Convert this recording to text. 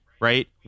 right